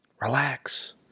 relax